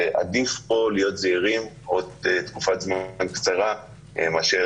ועדיף פה להיות זהירים עוד תקופת זמן קצרה מאשר